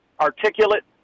articulate